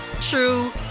true